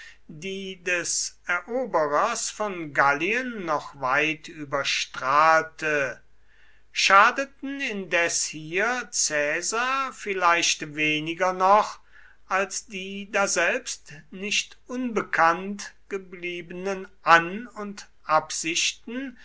die des eroberers von gallien noch weit überstrahlte schadeten indes hier caesar vielleicht weniger noch als die daselbst nicht unbekannt gebliebenen an und absichten